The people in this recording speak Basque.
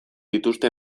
dituzte